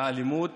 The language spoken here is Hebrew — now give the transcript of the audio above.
האלימות